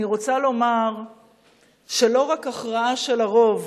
אני רוצה לומר שלא רק הכרעה של הרוב